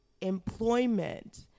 employment